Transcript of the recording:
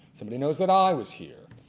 somebody knows that i was here,